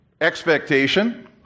expectation